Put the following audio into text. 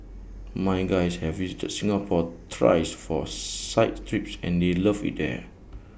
my guys have visited Singapore thrice for site trips and they loved IT here